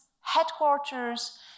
headquarters